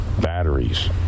batteries